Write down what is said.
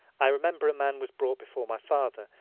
i remember a man was brought before my father,